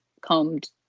combed